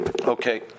Okay